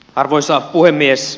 arvoisa puhemies